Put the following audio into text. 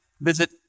Visit